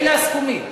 אלה הסכומים.